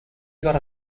got